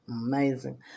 Amazing